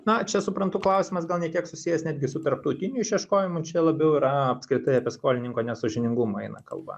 na čia suprantu klausimas gal ne tiek susijęs netgi su tarptautiniu išieškojimu čia labiau yra apskritai apie skolininko nesąžiningumą eina kalba